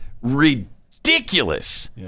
ridiculous